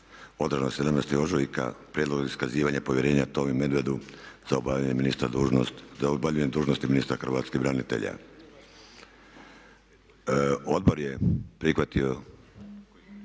Odbora 17. ožujka Prijedlog iskazivanja povjerenja Tomi Medvedu za obavljanje dužnosti ministra hrvatskih branitelja. Odbor je prihvatio